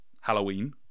Halloween